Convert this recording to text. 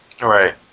Right